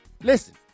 listen